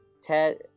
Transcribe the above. Ted